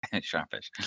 Sharpish